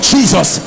Jesus